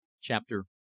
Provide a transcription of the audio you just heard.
Chapter